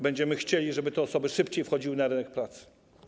Będziemy chcieli, żeby te osoby szybciej wchodziły na rynek pracy.